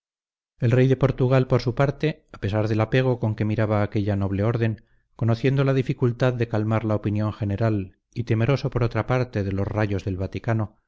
el rey de portugal por su parte a pesar del apego con que miraba aquella noble orden conociendo la dificultad de calmar la opinión general y temeroso por otra parte de los rayos del vaticano